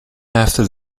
after